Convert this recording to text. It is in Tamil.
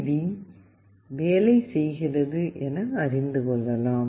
டி வேலை செய்கிறது என அறிந்து கொள்ளலாம்